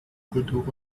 kultur